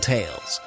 Tales